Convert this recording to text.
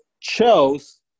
chose